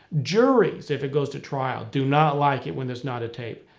juries, if it goes to trial, do not like it when there's not a tape.